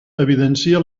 evidencia